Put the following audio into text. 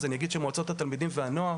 מועצות התלמידים והנוער